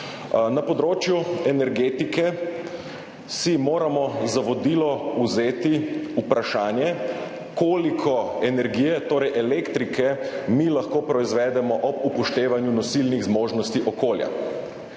Na področju energetike si moramo za vodilo vzeti vprašanje, koliko energije, torej elektrike mi lahko proizvedemo ob upoštevanju nosilnih zmožnosti okolja,